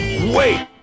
Wait